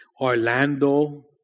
Orlando